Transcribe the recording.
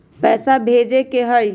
पैसा भेजे के हाइ?